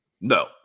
No